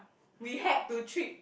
we had to treat